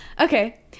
okay